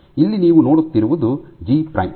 ಇಲ್ಲಿ ನೀವು ನೋಡುತ್ತಿರುವುದು ಜಿ ಪ್ರೈಮ್